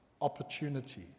opportunity